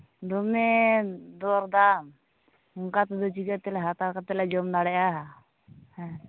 ᱫᱚᱢᱮ ᱫᱚᱨ ᱫᱟᱢ ᱚᱱᱠᱟᱛᱮᱫᱚ ᱪᱤᱠᱟᱹᱛᱮᱞᱮ ᱦᱟᱛᱟᱣ ᱠᱟᱛᱮᱞᱮ ᱡᱚᱢ ᱫᱟᱲᱮᱭᱟᱜᱼᱟ ᱦᱮᱸ